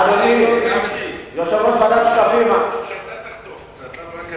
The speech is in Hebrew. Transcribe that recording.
אדוני יושב-ראש ועדת כספים גפני,